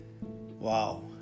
Wow